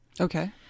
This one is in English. okay